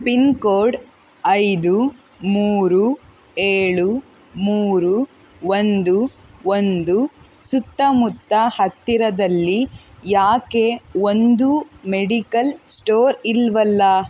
pin code ಐದು ಮೂರು ಏಳು ಮೂರು ಒಂದು ಒಂದು ಸುತ್ತಮುತ್ತ ಹತ್ತಿರದಲ್ಲಿ ಯಾಕೆ ಒಂದೂ ಮೆಡಿಕಲ್ ಸ್ಟೋರ್ ಇಲ್ಲವಲ್ಲ